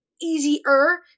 easier